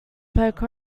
poke